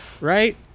right